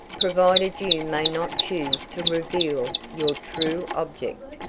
provided you may not choose to reveal your true object.